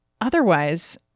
otherwise